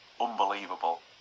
unbelievable